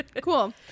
Cool